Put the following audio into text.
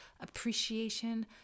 appreciation